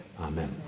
Amen